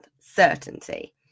certainty